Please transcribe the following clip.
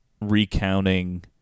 recounting